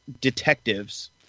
detectives